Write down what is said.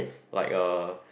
like uh